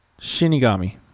shinigami